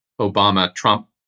Obama-Trump